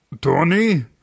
Tony